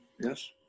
yes